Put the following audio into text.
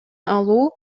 алуу